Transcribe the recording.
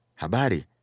Habari